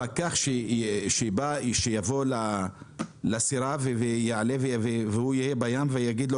הפקח שיבוא לסירה, הוא יהיה בים והוא יגיד לו